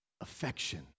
affection